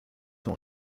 sont